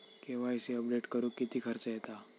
KYC update करुक किती खर्च येता?